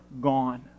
gone